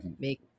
make